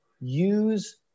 use